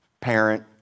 parent